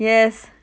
yes